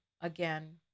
again